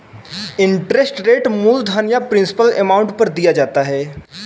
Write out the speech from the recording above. interest rate मूलधन या principal amount पर दिया जाता है